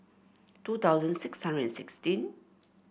two thousand six hundred sixteen